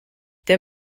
der